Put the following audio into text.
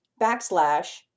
backslash